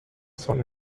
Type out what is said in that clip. song